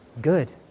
Good